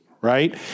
right